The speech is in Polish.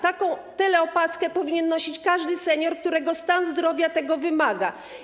Taką teleopaskę powinien nosić każdy senior, którego stan zdrowia tego wymaga.